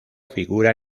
figura